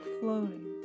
floating